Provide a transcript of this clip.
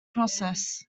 process